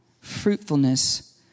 fruitfulness